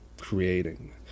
creating